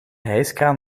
hijskraan